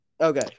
okay